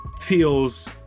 feels